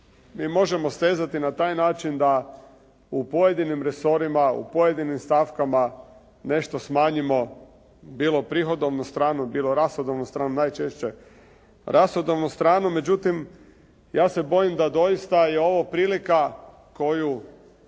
Mi možemo stezati na taj način da u pojedinim resorima, u pojedinim stavkama nešto smanjimo, bilo prihodovnu stranu, bilo rashodovnu stranu, najčešće rashodovnu stranu. Međutim, ja se bojim da doista je ovo prilika koju